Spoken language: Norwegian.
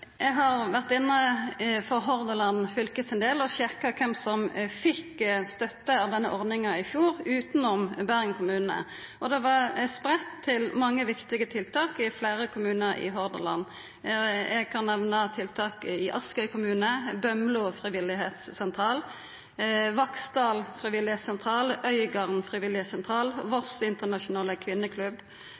sjekka kven som fekk støtte frå denne ordninga i fjor, utanom Bergen kommune, og støtta var spreidd på mange viktige tiltak i fleire kommunar i Hordaland. Eg kan nemna tiltak i Askøy kommune, Bømlo Frivilligsentral, Vaksdal Frivilligsentral, Øygarden Frivilligsentral, Voss Internasjonale Kvinneklubb,